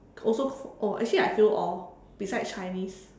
also oh actually I fail all besides Chinese